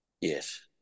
Yes